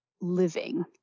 living